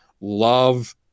love